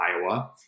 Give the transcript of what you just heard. Iowa